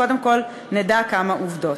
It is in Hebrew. קודם כול נדע כמה עובדות.